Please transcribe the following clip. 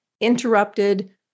interrupted